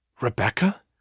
Rebecca